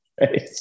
right